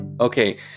Okay